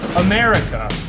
America